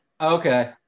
okay